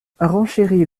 renchérit